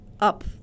up